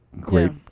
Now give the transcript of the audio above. great